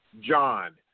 John